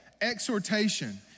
exhortation